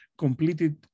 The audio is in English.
completed